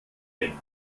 denkt